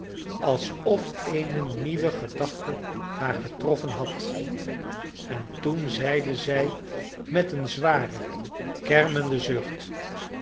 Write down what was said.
alsof eene nieuwe gedachte haar getroffen had en toen zeide zij met een zwaren kermenden zucht